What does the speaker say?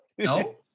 No